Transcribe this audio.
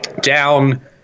Down